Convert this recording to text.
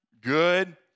good